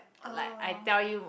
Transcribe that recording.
oh